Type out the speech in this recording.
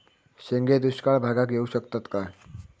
शेंगे दुष्काळ भागाक येऊ शकतत काय?